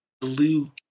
blue